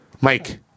Mike